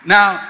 Now